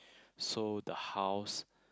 so the house